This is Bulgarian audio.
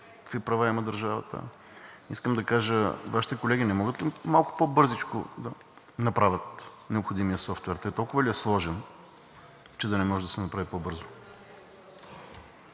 какви права има държавата. Искам да кажа – Вашите колеги не могат ли малко по-бързичко да направят необходимия софтуер? Той толкова ли е сложен, че да не може да се направи по-бързо?